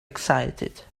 excited